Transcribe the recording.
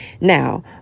Now